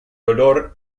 olor